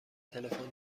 تلفن